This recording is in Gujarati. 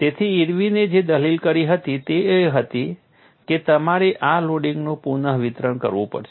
તેથી ઇર્વિને જે દલીલ કરી હતી તે એ હતી કે તમારે આ લોડિંગનું પુનઃવિતરણ કરવું પડશે